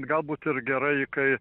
galbūt ir gerai kai